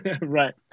Right